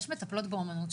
יש מטפלות באומנות,